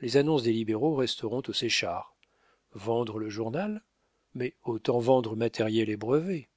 les annonces des libéraux resteront aux séchard vendre le journal mais autant vendre matériel et brevet